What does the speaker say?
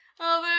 over